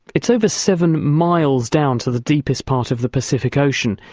it's over seven miles down to the deepest part of the pacific ocean.